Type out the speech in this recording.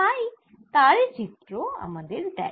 কাই তারই চিত্র আমাদের দেয়